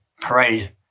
parade